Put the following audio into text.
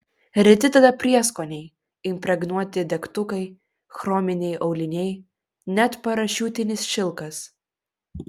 reti tada prieskoniai impregnuoti degtukai chrominiai auliniai net parašiutinis šilkas